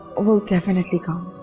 we'll definitely come.